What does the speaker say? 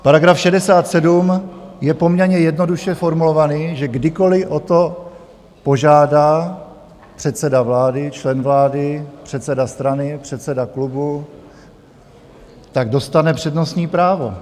Paragraf 67 je poměrně jednoduše formulovaný, že kdykoliv o to požádá předseda vlády, člen vlády, předseda strany, předseda klubu, tak dostane přednostní právo.